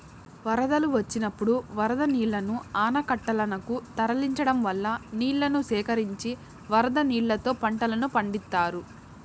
వరదలు వచ్చినప్పుడు వరద నీళ్ళను ఆనకట్టలనకు తరలించడం వల్ల నీళ్ళను సేకరించి వరద నీళ్ళతో పంటలను పండిత్తారు